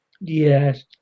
yes